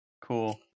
Cool